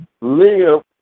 live